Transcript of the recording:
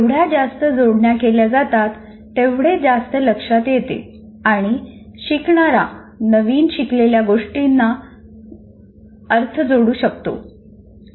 जेवढया जास्त जोडण्या केल्या जातात तेवढे जास्त लक्षात येते आणि शिकणारा नवीन शिकलेल्या गोष्टींना अर्थ जोडू शकतो